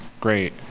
great